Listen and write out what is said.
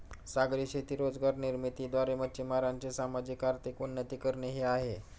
सागरी शेती रोजगार निर्मिती द्वारे, मच्छीमारांचे सामाजिक, आर्थिक उन्नती करणे हे आहे